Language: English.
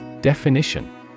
Definition